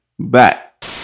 Back